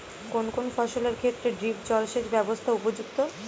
কোন কোন ফসলের ক্ষেত্রে ড্রিপ জলসেচ ব্যবস্থা উপযুক্ত?